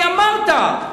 הרי אמרת,